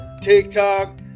tiktok